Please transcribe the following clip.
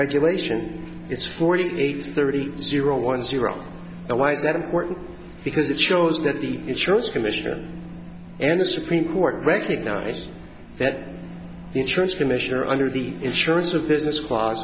regulation it's forty eight thirty zero one zero and why is that important because it shows that the insurance commissioner and the supreme court recognized that insurance commissioner under the insurers of business cl